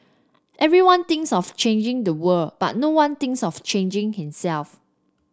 everyone thinks of changing the world but no one thinks of changing himself